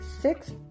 six